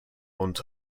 und